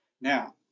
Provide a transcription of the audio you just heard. Now